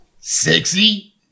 Sexy